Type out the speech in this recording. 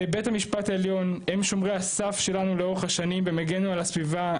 ובית המשפט העליון הם שומרי הסף שלנו לאורך השנים והם הגנו על הסביבה,